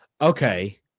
okay